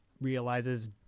realizes